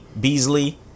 Beasley